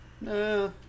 No